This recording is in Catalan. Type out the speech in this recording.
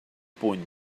puny